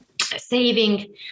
saving